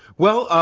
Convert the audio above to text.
well,